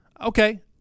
okay